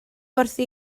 wrthi